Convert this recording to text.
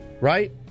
right